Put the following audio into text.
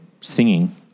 singing